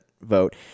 vote